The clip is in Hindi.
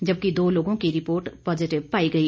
जबकि दो लोगों की रिपोर्ट पॉजिटिव पाई गई